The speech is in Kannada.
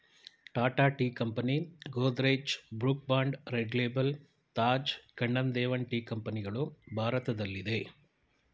Tata tea company, Godrej, Brooke Bond Red Label, Taj Kannan Devan tea ಕಂಪನಿಗಳು ಭಾರತದಲ್ಲಿದೆ